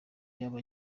yaba